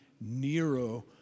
Nero